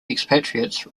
expatriates